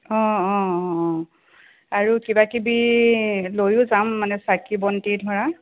অঁ অঁ অঁ অঁ আৰু কিবাকিবি লৈয়ো যাম মানে চাকি বন্তি ধৰা